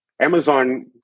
Amazon